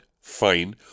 Fine